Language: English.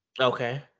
Okay